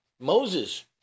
Moses